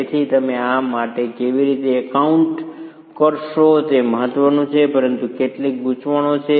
તેથી તમે આ માટે કેવી રીતે એકાઉન્ટ કરશો તે મહત્વનું છે પરંતુ કેટલીક ગૂંચવણો છે